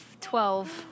Twelve